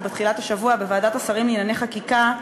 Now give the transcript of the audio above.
בתחילת השבוע בוועדת השרים לענייני חקיקה,